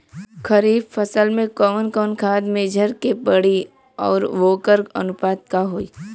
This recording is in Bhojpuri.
खरीफ फसल में कवन कवन खाद्य मेझर के पड़ी अउर वोकर अनुपात का होई?